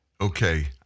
Okay